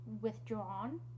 withdrawn